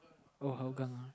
uh Hougang uh